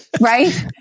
Right